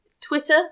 Twitter